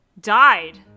died